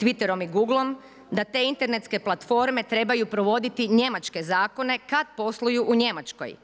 Twitterom i Googlom da te internetske platforme trebaju provoditi njemačke zakone, kad posluju u Njemačkoj.